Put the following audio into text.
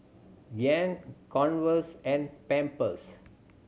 Giant Converse and Pampers